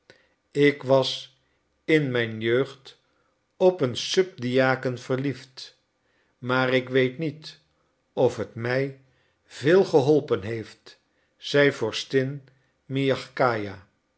ik was in mijn jeugd op een subdiaken verliefd maar ik weet niet of het mij veel geholpen heeft zei vorstin miagkaja